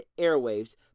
airwaves